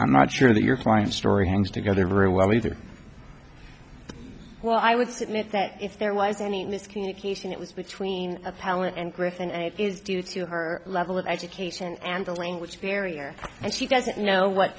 i'm not sure that your client story hangs together very well either well i would submit that if there was any miscommunication it was between appellant and griffin and it is due to her level of education and the language barrier and she doesn't know what